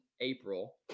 April